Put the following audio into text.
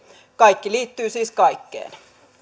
kaikki liittyy siis kaikkeen